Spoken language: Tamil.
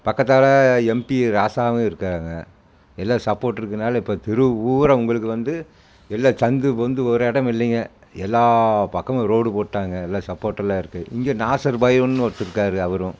பக்கத்தால் எம்பி ராசாவும் இருக்கிறாங்க எல்லா சப்போர்ட் இருக்கிறனால இப்போ தெருவு பூராக உங்களுக்கு வந்து எல்லா சந்து பொந்து ஒரு இடம் இல்லைங்க எல்லா பக்கமும் ரோடு போட்டாங்க எல்லா சப்போர்ட் எல்லாம் இருக்குது இங்கே நாசர் பாயுன்னு ஒருத்தர் இருக்காரு அவரும்